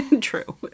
true